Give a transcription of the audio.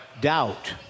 doubt